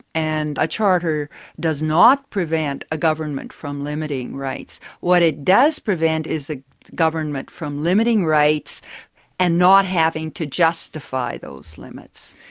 and a charter does not prevent a government from limiting rights. what it does prevent is the government from limiting rights and not having to justify those limits.